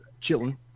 Chilling